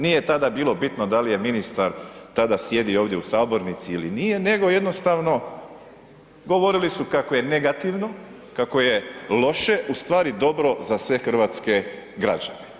Nije tada bilo bitno da li je ministar tada sjedio ovdje u sabornici ili nije nego jednostavno govorili su kako je negativno, kako je loše u stvari dobro za sve hrvatske građane.